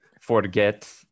Forget